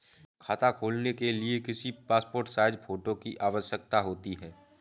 खाता खोलना के लिए कितनी पासपोर्ट साइज फोटो की आवश्यकता होती है?